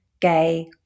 gay